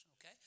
okay